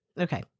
Okay